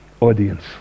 audience